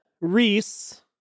Reese